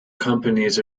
companies